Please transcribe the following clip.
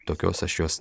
tokios aš jos